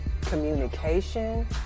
communication